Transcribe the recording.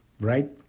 right